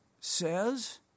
says